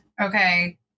Okay